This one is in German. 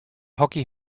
hockey